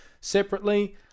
separately